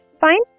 fine